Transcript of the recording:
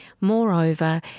Moreover